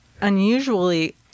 unusually